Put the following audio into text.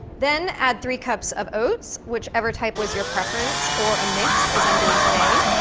then add three cups of oats, whichever type was your preference, or a mix, as i'm doing today,